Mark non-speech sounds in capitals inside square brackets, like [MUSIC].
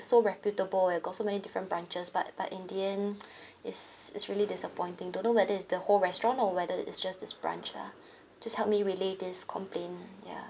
so reputable and got so many different branches but but in the end [BREATH] it's it's really disappointing don't know whether it's the whole restaurant or whether is just this branch lah just help me relay this complaint ya